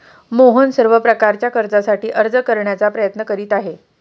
मोहन सर्व प्रकारच्या कर्जासाठी अर्ज करण्याचा प्रयत्न करीत आहे